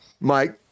mike